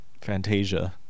Fantasia